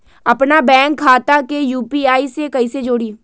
अपना बैंक खाता के यू.पी.आई से कईसे जोड़ी?